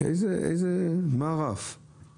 לא יוכל ליהנות ממשכנתה של 80%-90%?